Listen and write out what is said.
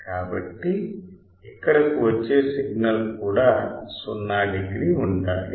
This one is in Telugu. కాబట్టి ఇక్కడకు వచ్చే సిగ్నల్ కూడా 0 డిగ్రీ ఉండాలి